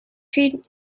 creed